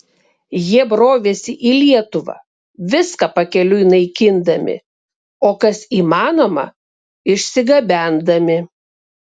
jie brovėsi į lietuvą viską pakeliui naikindami o kas įmanoma išsigabendami